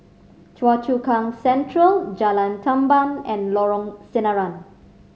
Choa Chu Kang Central Jalan Tamban and Lorong Sinaran